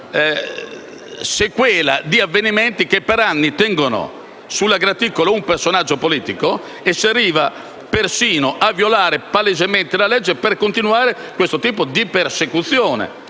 una sequela di avvenimenti che per anni tengono sulla graticola un personaggio politico, arrivando perfino a violare palesemente la legge per continuare questo tipo di persecuzione.